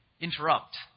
interrupt